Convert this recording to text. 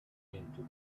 into